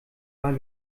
war